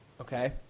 okay